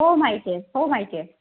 हो माहिती आहे हो माहिती आहे